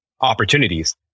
opportunities